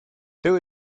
there